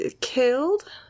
killed